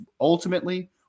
ultimately –